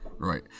Right